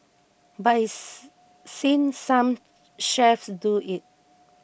but he's seen some chefs do it